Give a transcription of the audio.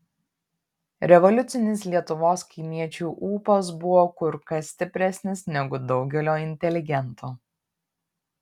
revoliucinis lietuvos kaimiečių ūpas buvo kur kas stipresnis negu daugelio inteligentų